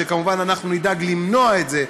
שכמובן אנחנו נדאג למנוע את זה,